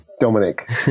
Dominic